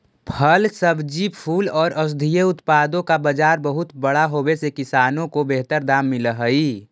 फल, सब्जी, फूल और औषधीय उत्पादों का बाजार बहुत बड़ा होवे से किसानों को बेहतर दाम मिल हई